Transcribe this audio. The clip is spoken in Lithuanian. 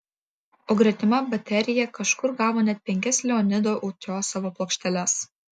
o gretima baterija kažkur gavo net penkias leonido utiosovo plokšteles